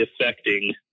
affecting